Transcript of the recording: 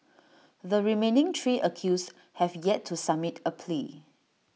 the remaining three accused have yet to submit A plea